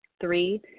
Three